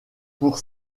pour